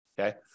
Okay